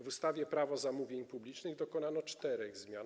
W ustawie Prawo zamówień publicznych dokonano czterech zmian.